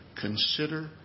consider